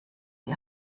die